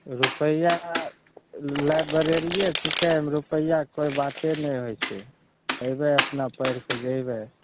रुपैआ लाइब्रेरिये छिकइ ओइमे रुपैयाके कोनो बाते नहि होइ छै अयबइ अपना पढ़ि कए जेबइ